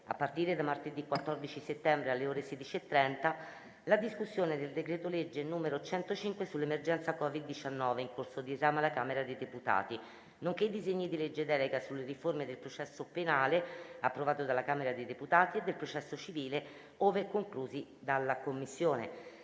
a partire da martedì 14 settembre, alle ore 16,30, la discussione del decreto-legge n. 105 sull'emergenza Covid-19, in corso di esame alla Camera dei deputati, nonché i disegni di legge delega sulla riforma del processo penale, approvato dalla Camera dei deputati, e del processo civile, ove conclusi dalla Commissione.